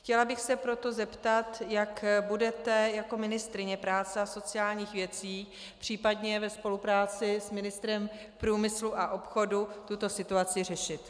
Chtěla bych se proto zeptat, jak budete jako ministryně práce a sociálních věcí, případně ve spolupráci s ministrem průmyslu a obchodu, tuto situaci řešit.